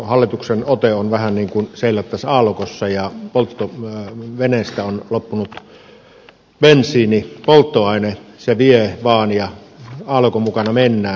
hallituksen ote on vähän niin kuin seilattaisiin aallokossa ja veneestä olisi loppunut bensiini polttoaine ja se vie vaan aallokon mukana mennään